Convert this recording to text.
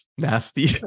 nasty